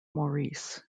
maurice